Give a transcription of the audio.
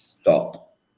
stop